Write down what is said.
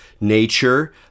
nature